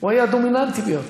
הוא היה דומיננטי ביותר.